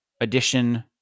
edition